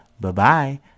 Bye-bye